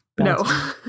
No